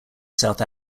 south